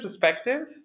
perspective